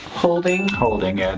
holding. holding, and